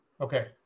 Okay